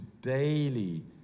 daily